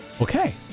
Okay